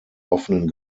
offenen